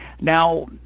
now